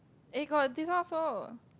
eh got this one also